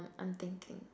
I'm thinking